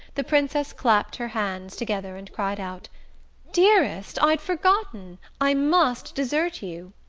the princess clapped her hands together and cried out dearest, i'd forgotten! i must desert you.